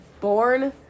born